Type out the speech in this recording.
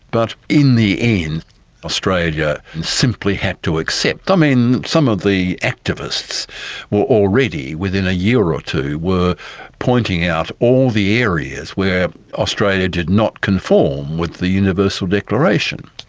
but in the end australia simply had to accept i mean, some of the activists were already, within a year or two, were pointing out all the areas where australia did not conform with the universal declaration.